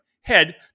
Head